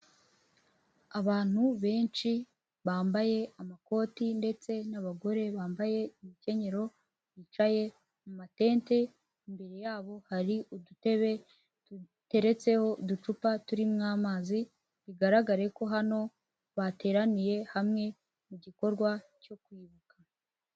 Abantu benshi bambaye amakoti ndetse n'abagore bambaye ibikenyero, bicaye mu matente, imbere yabo hari udutebe duteretseho uducupa turirimo amazi, bigaragare ko hano bateraniye hamwe, mu gikorwa cyo kwibuka.